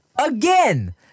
again